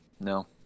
no